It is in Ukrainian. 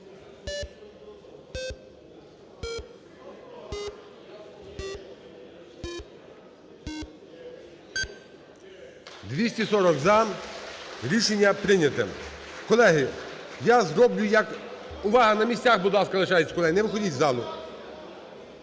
За-240 Рішення прийнято. Колеги, я зроблю як… Увага! На місцях, будь ласка, лишайтеся колеги, не виходіть із залу.